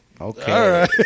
okay